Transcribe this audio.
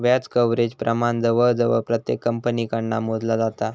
व्याज कव्हरेज प्रमाण जवळजवळ प्रत्येक कंपनीकडना मोजला जाता